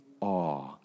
awe